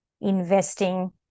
investing